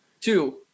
Two